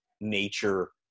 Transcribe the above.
nature